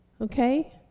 Okay